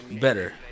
better